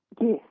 Yes